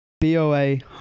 B-O-A